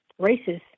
racist